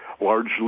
largely